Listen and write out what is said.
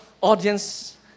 audience